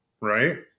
right